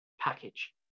package